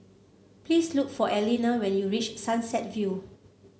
please look for Elena when you reach Sunset View